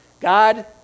God